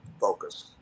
focus